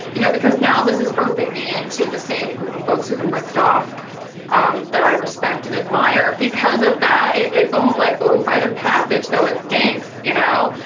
you know because now this is roping me into the same group of folks who have been ripped off that i respect and admire, because of that it's almost like, ooh, rite of passage, though it stinks, you know?